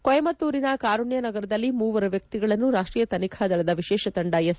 ಕೊಯಮತ್ತೂರಿನ ಕಾರುಣ್ಯ ನಗರದಲ್ಲಿ ಮೂವರು ವ್ಯಕ್ತಿಗಳನ್ನು ರಾಷ್ಷೀಯ ತನಿಖಾದಳದ ವಿಶೇಷ ತಂಡ ಎಸ್